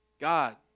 God